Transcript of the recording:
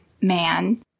man